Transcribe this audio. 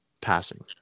passing